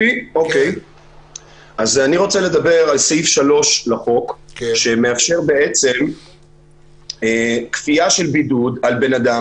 אני רוצה לדבר על סעיף 3 לחוק שמאפשר כפייה של בידוד על אדם,